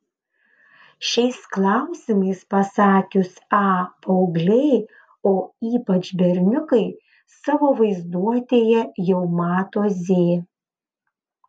šiais klausimais pasakius a paaugliai o ypač berniukai savo vaizduotėje jau mato z